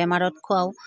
বেমাৰত খুৱাওঁ